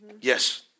Yes